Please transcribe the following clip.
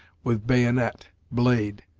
with bayonet, blade,